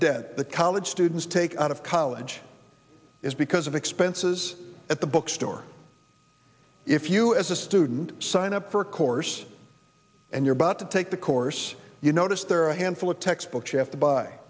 debt the college students take out of college is because of expenses at the bookstore if you as a student sign up for a course and you're about to take the course you notice there are a handful of textbooks you have to buy